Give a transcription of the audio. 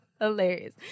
hilarious